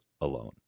alone